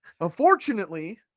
Unfortunately